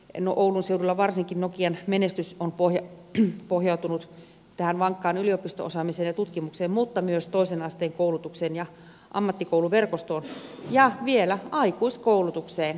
no oulun seudulla varsinkin nokian menestys on pohjautunut tähän vankkaan yliopisto osaamiseen ja tutkimukseen mutta myös toisen asteen koulutukseen ja ammattikouluverkostoon ja vielä aikuiskoulutukseen